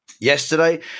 Yesterday